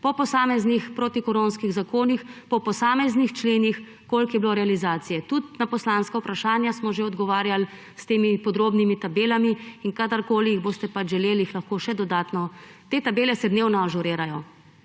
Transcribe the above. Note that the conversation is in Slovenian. po posameznih protikoronskih zakonih, po posameznih členih, koliko je bilo realizacije. Tudi na poslanska vprašanja smo že odgovarjali s temi podrobnimi tabelami in kadarkoli jih boste pač želeli, jih lahko še dodatno, ker te tabele se dnevno ažurirajo.